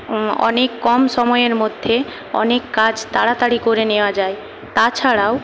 অনেক কম সময়ের মধ্যে অনেক কাজ তাড়াতাড়ি করে নেওয়া যায় তাছাড়াও